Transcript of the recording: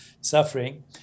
suffering